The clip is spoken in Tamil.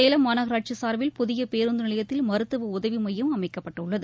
சேலம் மாநகராட்சி சார்பில் புதிய நிலையத்தில் மருத்துவ உதவி பேருந்த மையம் அமைக்கப்பட்டுள்ளது